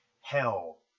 hell